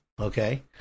okay